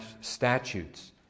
statutes